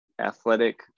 athletic